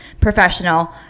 professional